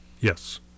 yes